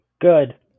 Good